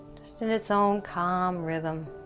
just in its own calm rhythm